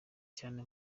cyane